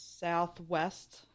southwest